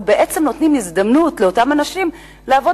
אנחנו בעצם נותנים הזדמנות לאותם אנשים לעבוד